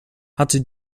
hatte